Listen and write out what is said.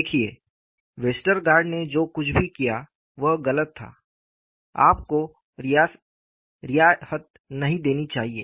देखिए वेस्टगार्ड ने जो कुछ भी किया वह गलत था आपको रियायत नहीं देनी चाहिए